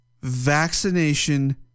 vaccination